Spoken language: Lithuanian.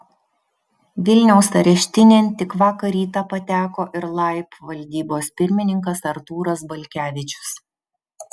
vilniaus areštinėn tik vakar rytą pateko ir laib valdybos pirmininkas artūras balkevičius